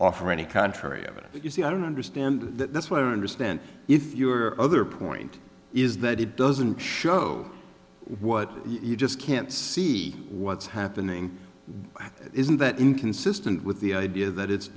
offer any contrary evidence you see i don't understand that that's what i understand if your other point is that it doesn't show what you just can't see what's happening isn't that inconsistent with the idea that it's